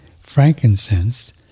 Frankincense